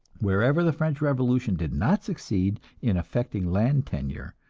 wherever the french revolution did not succeed in affecting land tenure,